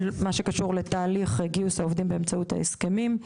מה שקשור לתהליך הגיוס באמצעות ההסכמים,